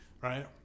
right